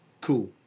cool